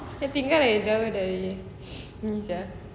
dia tinggal lagi jauh dari niza